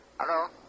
Hello